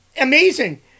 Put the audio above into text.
amazing